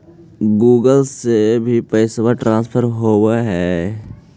Google से भी पैसा ट्रांसफर होवहै?